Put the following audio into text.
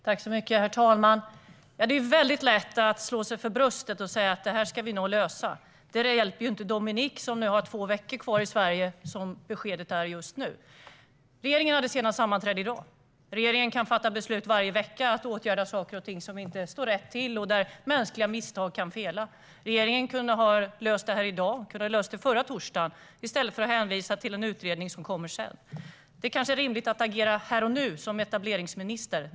Herr talman! Det är väldigt lätt att slå sig för bröstet och säga att vi nog ska lösa det här. Det hjälper dock inte Dominic, som nu har två veckor kvar i Sverige, som beskedet är just nu. Regeringen sammanträdde senast i dag. Regeringen kan fatta beslut varje vecka om att åtgärda saker och ting som inte står rätt till, där mänskliga misstag orsakar fel. Regeringen kunde ha löst detta i dag, eller förra torsdagen, i stället för att hänvisa till en utredning som kommer senare. Det är kanske rimligt att agera här och nu som etableringsminister.